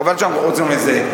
חבל שאנחנו חוזרים לזה.